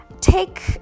take